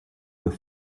with